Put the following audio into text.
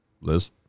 Liz